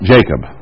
Jacob